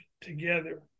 together